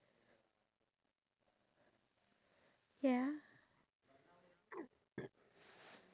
you don't participate in activities that require the movement of your entire body